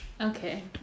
Okay